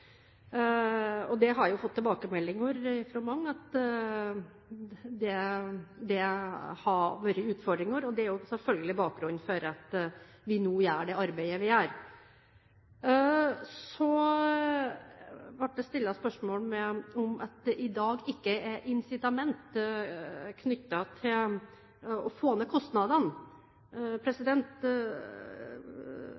har fått tilbakemeldinger fra mange om at det har vært utfordringer, og det er selvfølgelig bakgrunnen for at vi nå gjør det arbeidet vi gjør. Så ble det stilt spørsmål om at det i dag ikke er incitament knyttet til å få ned kostnadene.